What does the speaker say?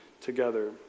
together